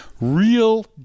real